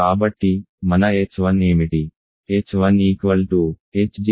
కాబట్టి మన h1 ఏమిటి